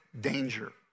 danger